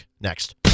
next